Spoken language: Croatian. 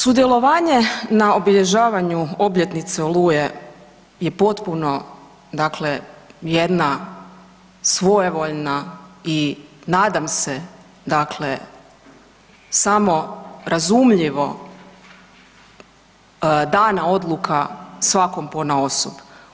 Sudjelovanje na obilježavanju obljetnice Oluje je potpuno jedna svojevoljna i nadam se dakle samo razumljivo dana odluka svakom ponaosob.